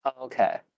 Okay